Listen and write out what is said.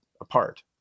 apart